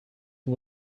who